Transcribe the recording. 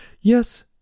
Yes